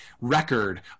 record